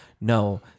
No